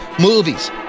movies